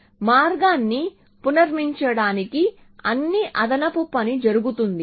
మార్గాన్ని పునర్నిర్మించడానికి అన్ని అదనపు పని జరుగుతుంది